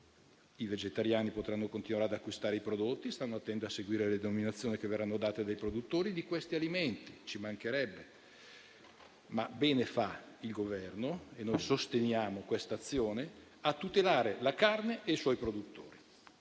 I vegetariani potranno continuare ad acquistare i prodotti, stando attenti a seguire le denominazioni che verranno date dai produttori di questi alimenti, ci mancherebbe. Ma bene fa il Governo - e noi sosteniamo questa azione - a tutelare la carne e i suoi produttori.